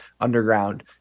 underground